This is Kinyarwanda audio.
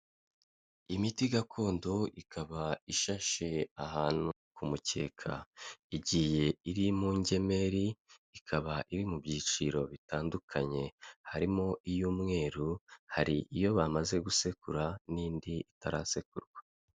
Imiti gakondo ikaba ishashe ahantu ku mukeka, igiye iri mu ngemeri, ikaba iri mu byiciro bitandukanye, harimo iy'umweru, hari iyo bamaze gusekura n'indi itarasekurwa.